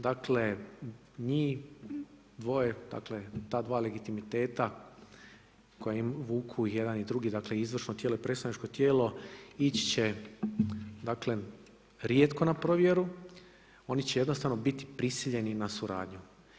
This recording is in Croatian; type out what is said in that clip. Dakle njih dvoje, dakle ta dva legitimiteta koja vuku jedan i drugi, dakle izvršno tijelo i predstavničko tijelo ići će dakle rijetko na provjeru, oni će jednostavno biti prisiljeni na suradnju.